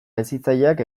hezitzaileak